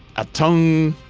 achtung!